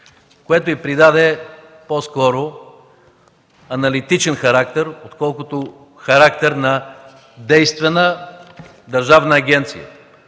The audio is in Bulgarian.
което й придаде по-скоро аналитичен характер, отколкото характер на действена държавна агенция,